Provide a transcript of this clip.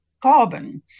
carbon